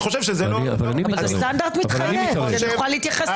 זה סטנדרט מתחייב, כדי שנוכל להתייחס.